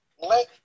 let